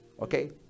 okay